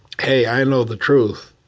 hey, i know the truth.